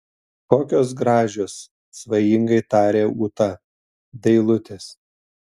kokios gražios svajingai tarė ūta dailutės